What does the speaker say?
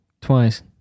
twice